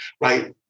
right